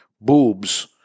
boobs